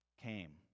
came